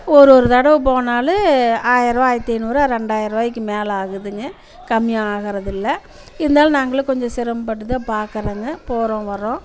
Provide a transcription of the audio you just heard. ஒரு ஒரு தடவை போனாலும் ஆயிரம் ரூபா ஆயிரத்து ஐநூறு ரூபா ரெண்டாயிரம் ரூபாயிக்கு மேலே ஆகுதுங்க கம்மியாக ஆகறதில்லை இருந்தாலும் நாங்களும் கொஞ்சம் சிரமப்பட்டு தான் பார்க்கறேங்க போகிறோம் வரோம்